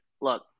look